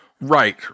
Right